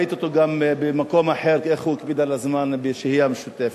ראיתי אותו גם במקום אחר איך הוא הקפיד על הזמן בשהייה משותפת.